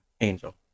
Angel